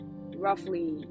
roughly